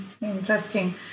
interesting